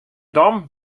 dan